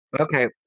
Okay